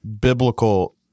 biblical